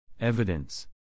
Evidence